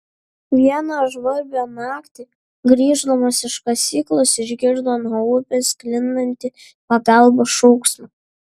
vieną žvarbią naktį grįždamas iš kasyklos išgirdo nuo upės sklindantį pagalbos šauksmą